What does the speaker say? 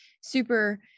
super